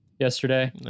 Yesterday